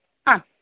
अ